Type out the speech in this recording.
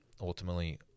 ultimately